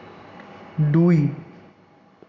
দুই